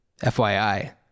FYI